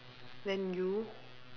then you